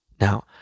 Now